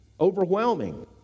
Overwhelming